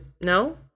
No